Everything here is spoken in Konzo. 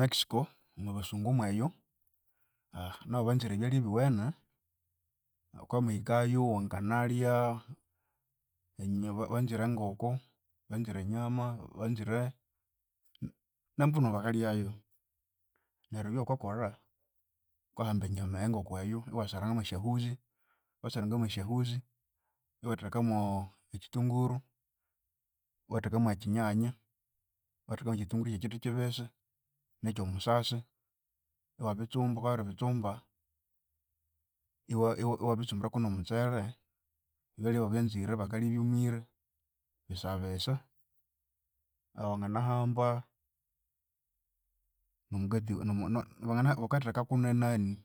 Mexico omwabasungu mweyo nabu banzire ebyalya ebyowene, wukabya wamahika yo wanganalya banzire enkoko, banzire enyama, banzire nembunu bakalyayu, neryu byawukakolha wukahamba enyama eyo enkoko eyo iwasaranga mwesyahuzi, iwasaranga mwesyahuzi, iwathekamo ekyithunguru, iwathekamo ekyinyanya, iwathekamo ekyithunguru kyekyithi kyibisi ne kyomusasi, iwabitsumba. Wukabya wabiribitsumba, iwa- iwabitsumbirako no mutsele, ebalya ebyo babyanzire, bakalya ebyumire bisa bisa. wanginahamba nomugati wukathekako nenani